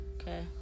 okay